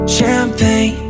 Champagne